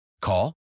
Call